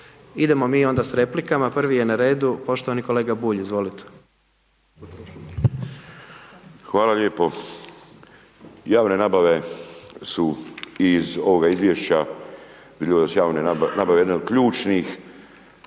Idemo mi onda s replikama, prvi je na redu, poštovani kolega Bulj, izvolite. **Bulj, Miro (MOST)** Hvala lijepo. Javne nabave su iz ovoga izvjšeća …/Govornik se ne razumije./… nabave jedne od ključnih